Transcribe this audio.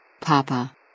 Papa